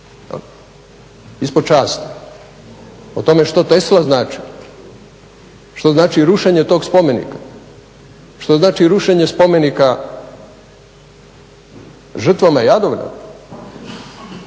ispod časti. O tome što Tesla znači, što znači rušenje tog spomenika, što znači rušenje spomenika žrtvama Jadrograda